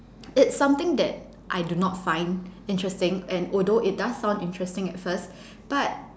it's something that I do not find interesting and although it does sound interesting at first but